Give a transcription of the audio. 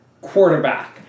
quarterback